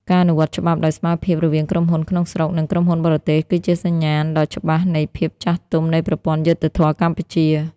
ការអនុវត្តច្បាប់ដោយស្មើភាពរវាងក្រុមហ៊ុនក្នុងស្រុក និងក្រុមហ៊ុនបរទេស គឺជាសញ្ញាណដ៏ច្បាស់នៃភាពចាស់ទុំនៃប្រព័ន្ធយុត្តិធម៌កម្ពុជា។